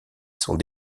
sont